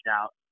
out